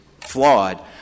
flawed